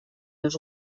los